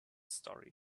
story